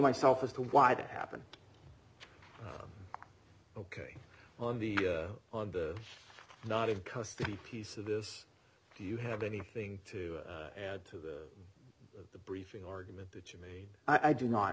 myself as to why that happened ok on the on the not in custody piece of this do you have anything to add to the briefing argument that you made i do not